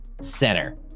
center